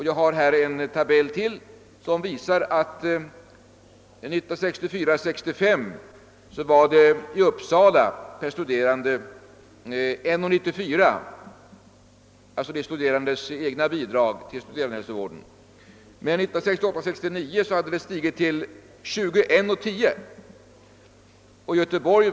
Jag har här i min hand ytterligare en tabell som visar att de studerandes egna bidrag till studenthälsovården i Uppsala år 1964 69 hade stigit till kronor 21:10.